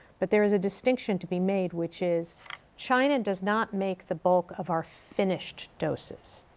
but there is a distinction to be made, which is china does not make the bulk of our finished doses.